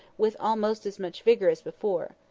with almost as much vigour as before.